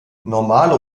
normale